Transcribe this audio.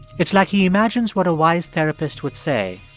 it's like he imagines what a wise therapist would say,